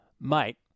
mate